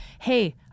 hey